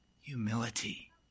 Humility